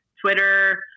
Twitter